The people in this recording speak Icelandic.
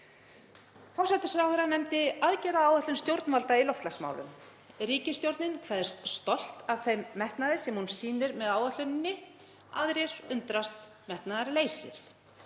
Forsætisráðherra nefndi aðgerðaáætlun stjórnvalda í loftslagsmálum. Ríkisstjórnin kveðst stolt af þeim metnaði sem hún sýnir með áætluninni, aðrir undrast metnaðarleysið.